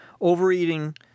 Overeating